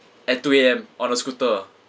at two A_M on a scooter